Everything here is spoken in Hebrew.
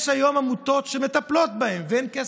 יש היום עמותות שמטפלות בהן ואין כסף,